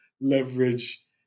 leverage